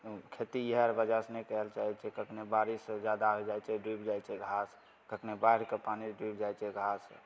खेती इएह अर वजहसँ नहि करय लए चाहय छियै कखनी बारिश जादा होइ जाइ छै डुबि जाइ छै घास कखनो बाढिके पानिसँ डुबि जाइ छै घास